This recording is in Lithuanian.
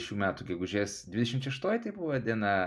šių metų gegužės dvidešim šeštoji tai buvo diena